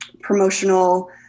promotional